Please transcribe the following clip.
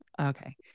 Okay